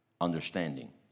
understanding